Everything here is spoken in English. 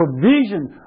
provision